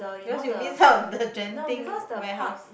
because you missed out on the Genting warehouse